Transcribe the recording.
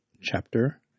chapter